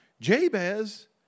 Jabez